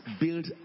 Build